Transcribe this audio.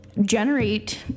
generate